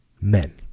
Men